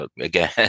again